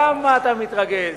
למה אתה מתרגז?